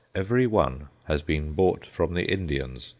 every one has been bought from the indians,